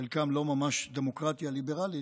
חלקם לא ממש דמוקרטיה ליברלית,